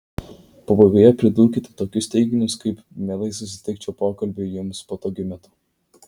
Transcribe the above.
pabaigoje pridurkite tokius teiginius kaip mielai susitikčiau pokalbiui jums patogiu metu